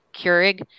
Keurig